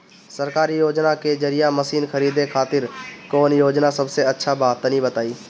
सरकारी योजना के जरिए मशीन खरीदे खातिर कौन योजना सबसे अच्छा बा तनि बताई?